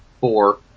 four